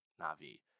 Navi